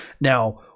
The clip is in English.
Now